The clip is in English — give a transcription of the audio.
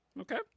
Okay